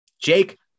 Jake